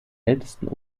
ältesten